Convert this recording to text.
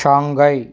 Shanghai